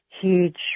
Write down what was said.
huge